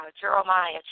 Jeremiah